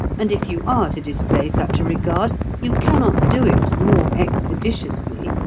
and if you are to display such a regard you cannot do it more expeditiously,